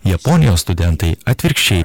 japonijos studentai atvirkščiai